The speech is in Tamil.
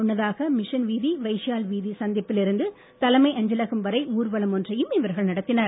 முன்னதாக மிஷன் வீதி வைசியாள் வீதி சந்திப்பில் இருந்து தலைமை அஞ்சலகம் வரை ஊர்வலம் ஒன்றையும் இவர்கள் நடத்தினர்